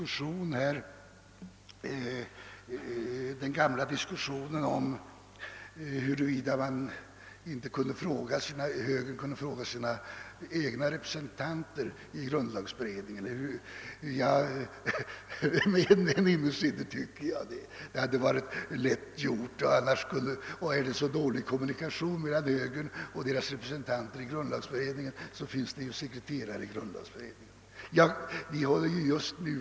Jag vill inte alls ta upp den diskussion som fördes i det föregående ärendet om högerns kontakt med sina egna representanter i grundlagberedningen. Om det är dålig kommunikation mellan högergruppen och dess representanter i grundlagberedningen, så finns det ju sekreterare i beredningen som kan redovisa planen för dess arbete.